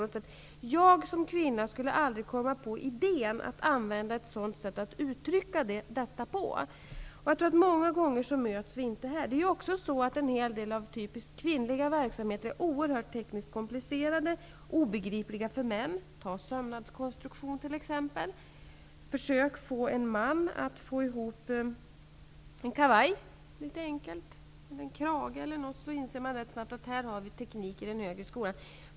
Jag skulle som kvinna aldrig komma på idén att använda ett sådant sätt att uttrycka detta på. Många gånger kan män och kvinnor alltså inte mötas. En hel del av typiskt kvinnliga verksamheter är också oerhört komplicerade och obegripliga för män. Ta sömnadskonstruktion t.ex.! Försök få en man att sy en kavaj eller en krage! Då inser vi snabbt att det är fråga om teknik i den högre skolan.